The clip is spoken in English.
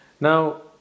Now